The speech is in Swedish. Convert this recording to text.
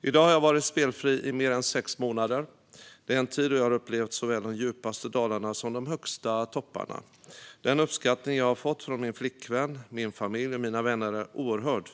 "I dag har jag varit spelfri i mer än sex månader. Det är en tid då jag har upplevt såväl de djupaste dalarna som de högsta topparna. Den uppskattning jag har fått från min flickvän, min familj och mina vänner är oerhörd.